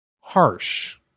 harsh